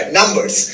numbers